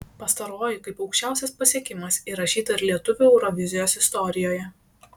pastaroji kaip aukščiausias pasiekimas įrašyta ir lietuvių eurovizijos istorijoje